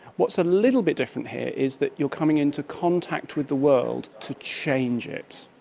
what's a little bit different here is that you are coming into contact with the world to change it,